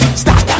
stop